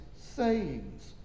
sayings